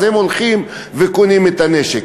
אז הם הולכים וקונים את הנשק.